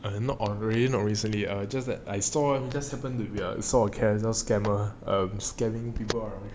err not really or recently err just that I saw it just happened to be a casual scam um scamming people